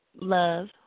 love